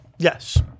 Yes